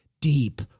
deep